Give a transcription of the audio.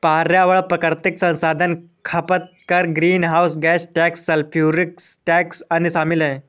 पर्यावरण प्राकृतिक संसाधन खपत कर, greenhouse gas tax, sulphuric tax, अन्य शामिल हैं